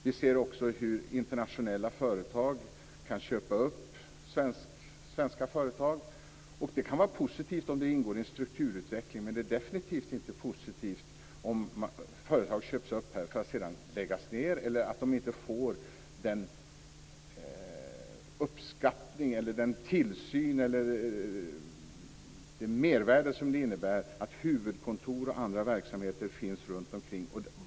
Vi ser också hur internationella företag kan köpa upp svenska företag. Det kan vara positivt om det ingår i en strukturutveckling. Men det är definitivt inte positivt om företag köps upp för att sedan läggas ned eller att de inte får den uppskattning, den tillsyn eller det mervärde som det innebär att huvudkontor och andra verksamheter finns runtomkring.